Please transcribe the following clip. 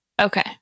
Okay